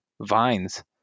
vines